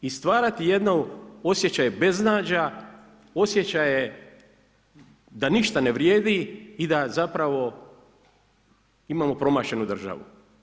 I stvarati jedne osjećaje beznađa, osjećaje da ništa ne vrijedi i da zapravo imamo promašenu državu.